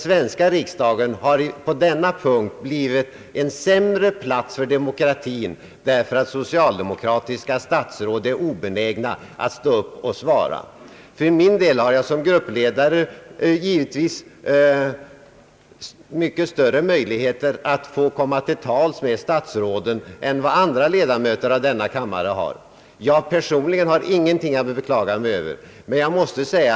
Sveriges riksdag har på denna punkt blivt en sämre plats för demokratin därför att socialdemokratiska statsråd är obenägna att stå upp och svara. För min del har jag som gruppledare givetvis mycket större möjligheter än andra kammarledamöter att komma till tals med statsråden; personligen har jag ingenting att beklaga mig över i detta avseende.